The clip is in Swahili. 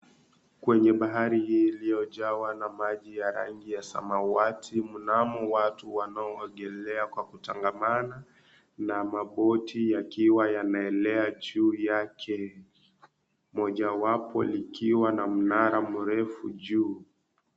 Kwenye bahari hii iliyojawa rangi ya samawati, mnamo watu wanaoogelea kwa kutangamana na maboti yakiwa yanaelea juu yake, mojawapo likiwa na mnara mrefu juu.